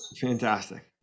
Fantastic